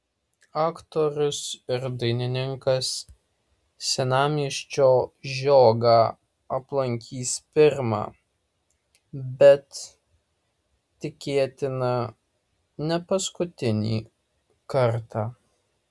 aktorius ir dainininkas senamiesčio žiogą aplankys pirmą bet tikėtina ne paskutinį kartą